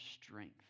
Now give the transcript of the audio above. strength